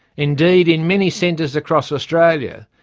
indeed in many centres across australia,